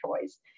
choice